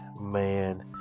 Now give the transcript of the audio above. man